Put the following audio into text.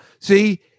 see